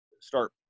start